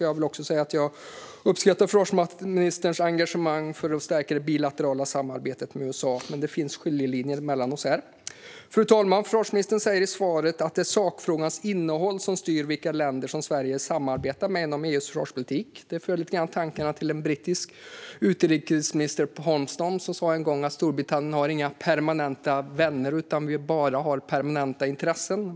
Jag vill också säga att jag uppskattar försvarsministerns engagemang för att stärka det bilaterala samarbetet med USA. Men det finns skiljelinjer mellan oss här. Fru talman! Försvarsministern säger i svaret att "det är sakfrågans innehåll som styr vilka länder som Sveriges samarbetar med" inom EU:s försvarspolitik. Det för lite grann tankarna till den brittiska utrikesministern Palmerston, som en gång sa att Storbritannien inte har några permanenta vänner utan bara permanenta intressen.